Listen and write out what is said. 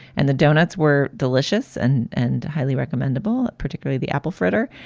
and the doughnuts were delicious and and highly recommendable, particularly the apple fritter.